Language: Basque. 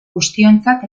guztiontzat